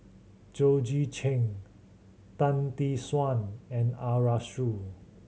Georgette Chen Tan Tee Suan and Arasu